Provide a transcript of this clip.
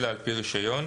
אל על פי רישיון.